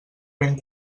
ben